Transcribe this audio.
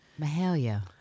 Mahalia